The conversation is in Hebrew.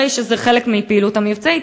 הרי זה חלק מהפעילות המבצעית.